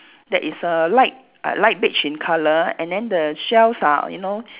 that is err light err light beige in colour and then the shells are you know